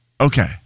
Okay